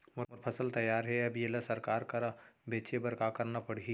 मोर फसल तैयार हे अब येला सरकार करा बेचे बर का करना पड़ही?